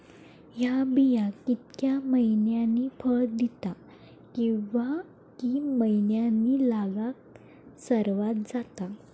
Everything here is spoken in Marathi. हया बिया कितक्या मैन्यानी फळ दिता कीवा की मैन्यानी लागाक सर्वात जाता?